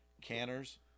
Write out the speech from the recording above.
Canners